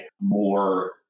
more